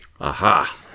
Aha